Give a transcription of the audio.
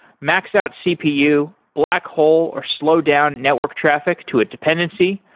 max out cpu, black hole or slowdown network traffic to a dependency.